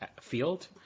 field